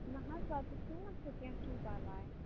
نہَ حظ پتہٕ چھُ نہٕ مسلہٕ کیٚنٛہہ چھُ نہٕ پَرواے